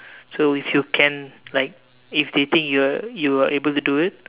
so if you can like if they think you are you are able to do it